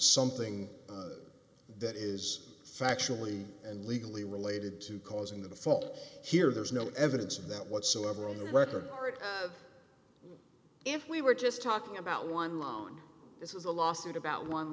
something that is factually and legally related to causing the fault here there's no evidence of that whatsoever on the record if we were just talking about one loan this is a lawsuit about one